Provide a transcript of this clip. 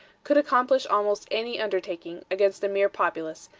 could accomplish almost any undertaking against a mere populace,